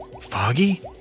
Foggy